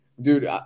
dude